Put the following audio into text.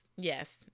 Yes